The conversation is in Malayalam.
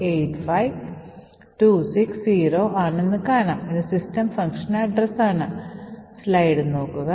മുമ്പത്തെ പ്രഭാഷണത്തിൽ നമ്മൾ ബഫർ ഓവർഫ്ലോയും ആക്രമണകാരി തന്റെ പേലോഡ് സ്റ്റാക്കിൽ എഴുതിയതും ആ പ്രത്യേക പേലോഡ് എക്സിക്യൂട്ട് ചെയ്തതും എങ്ങനെയെന്ന് ഓർക്കുക